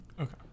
Okay